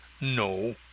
no